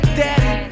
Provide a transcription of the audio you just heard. daddy